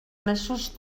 mesos